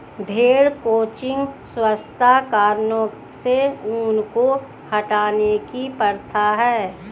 भेड़ क्रचिंग स्वच्छता कारणों से ऊन को हटाने की प्रथा है